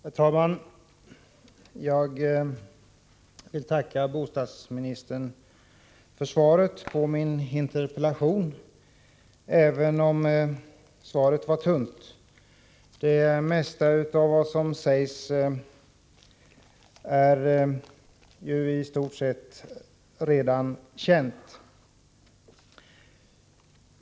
Herr talman! Jag vill tacka bostadsministern för svaret på min interpellation, även om svaret var tunt. Det mesta av vad som sägs är ju i stort sett redan känt.